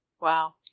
Wow